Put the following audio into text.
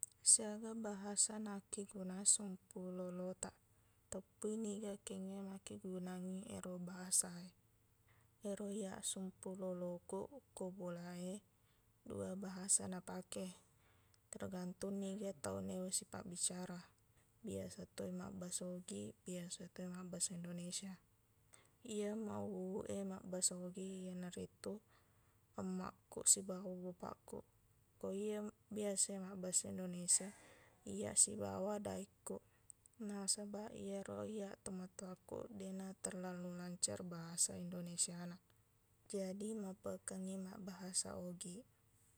Siaga bahasa nakkegunang sumpu lolotaq teppuwi niga kengngeq makkigunangngi ero bahasa e ero iyaq sumpu lolokuq ko bola e dua bahasa napake tergantung niga tau naewa sipabbicara biasatoi mabbahasa ogiq biasatoi mabbahasa indonesia iya mawuwuq e mabbahasa ogiq iyanaritu emmakkuq sibawa bapakkuq ko iye biasa e mabbahasa indonesia iyaq sibawa daekkuq nasabaq iyero iyaq tomatowakkuq deqna terlalu lancar bahasa indonesiana jadi mappekengngi mabbahasa ogiq